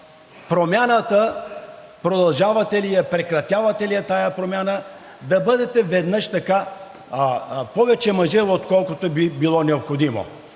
Промяната – продължавате ли я, прекратявате ли я тая промяна, да бъдете веднъж повече мъже, отколкото би било необходимо.